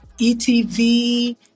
ETV